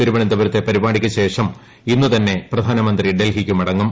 തിരുവനന്തപുരത്തെ പരിപാടിക്ക് ശേഷം ഇന്ന് തന്നെ പ്രധാനമന്ത്രി ഡൽഹിക്ക് മടങ്ങും